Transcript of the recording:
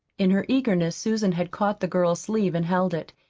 in her eagerness susan had caught the girl's sleeve and held it.